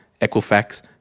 Equifax